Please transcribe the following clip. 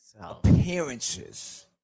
appearances